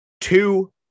Two